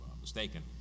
mistaken